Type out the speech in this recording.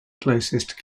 closest